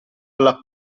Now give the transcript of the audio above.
alla